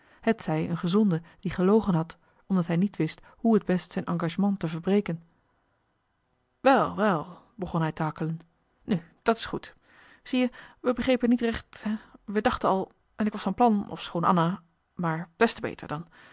hetzij een gezonde die gelogen had omdat hij niet wist hoe t best zijn engagement te verbreken wel wel begon hij te hakkelen nu dat is goed zie je we begrepen niet recht hè we dachten al en ik was van plan ofschoon anna maar des te beter dan